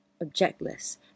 objectless